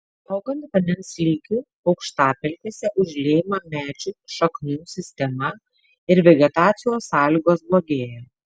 augant vandens lygiui aukštapelkėse užliejama medžių šaknų sistema ir vegetacijos sąlygos blogėja